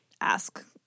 ask